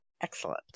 Excellent